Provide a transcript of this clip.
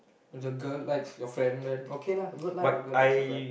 if the girl likes your friend then okay lah good lah the girl likes your friend